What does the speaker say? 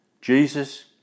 Jesus